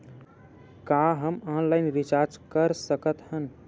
का हम online recharge कर सकत हन?